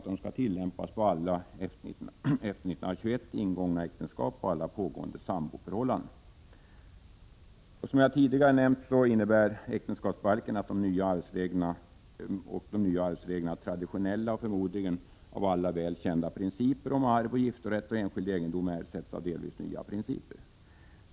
De skall tillämpas på alla efter 1921 ingångna äktenskap och alla pågående samboförhållanden. Som jag tidigare nämnt innebär äktenskapsbalken och de nya arvsreglerna att traditionella och förmodligen av alla väl kända principer för arv, giftorätt och enskild egendom m.m. ersätts av delvis nya principer.